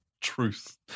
Truth